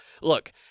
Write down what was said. Look